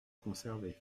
conserver